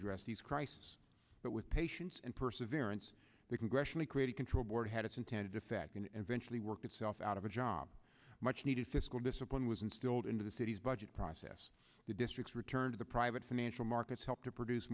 address these crisis but with patience and perseverance the congressional creative control board had its intended effect and eventually worked itself out of a job much needed fiscal discipline was instilled into the city's budget process the district's return the private financial markets helped to produce